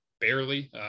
barely